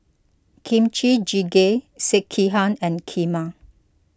Kimchi Jjigae Sekihan and Kheema